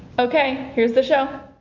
ok, here's the show